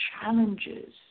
challenges